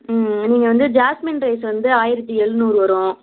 ம் நீங்கள் வந்து ஜாஸ்மின் ரைஸ் வந்து ஆயிரத்து ஏழ்நூறு வரும்